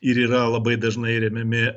ir yra labai dažnai remiami